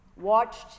watched